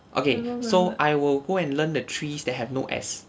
okay so I will go and learn the trees that have no S